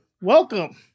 Welcome